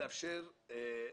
תודה רבה.